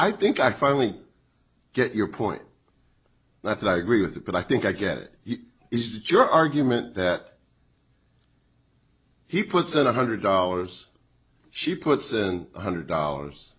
i think i finally get your point and i think i agree with that but i think i get it is that your argument that he puts in one hundred dollars she puts and one hundred dollars